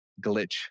glitch